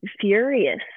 furious